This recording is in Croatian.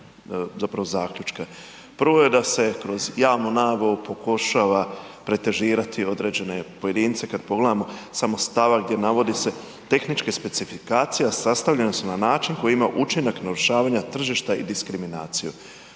zapravo zaključka. Prvo je da se kroz javnu nabavu pokušava pretežirati određene pojedince, kad pogledamo samo stavak gdje navodi se tehničke specifikacije sastavljene su na način koji ima učinak narušavanja tržišta i diskriminaciju.